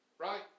Right